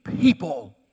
people